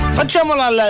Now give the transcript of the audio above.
facciamola